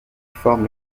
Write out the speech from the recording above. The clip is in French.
forme